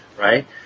Right